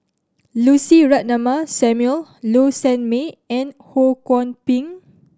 Lucy Ratnammah Samuel Low Sanmay and Ho Kwon Ping